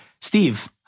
Steve